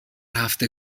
هفته